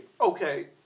Okay